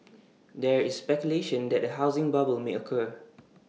there is speculation that A housing bubble may occur